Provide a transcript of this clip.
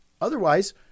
Otherwise